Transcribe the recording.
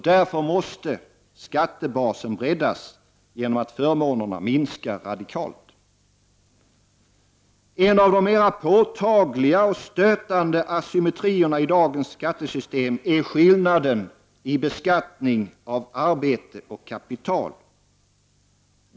Därför måste skattebasen breddas genom att förmånerna minskar radikalt. En av de mera påtagliga och stötande asymmetrierna i dagens skattesystem är skillnaden i beskattning av arbete och kapital.